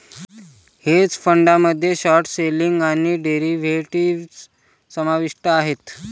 hedge फंडामध्ये short selling आणि derivatives समाविष्ट आहेत